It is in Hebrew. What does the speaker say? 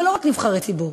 ולא רק נבחרי ציבור,